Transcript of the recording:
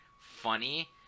funny